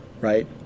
right